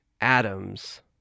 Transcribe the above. atoms